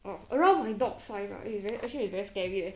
orh around my dog size ah eh it's actually very scary leh